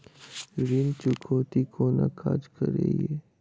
ऋण चुकौती कोना काज करे ये?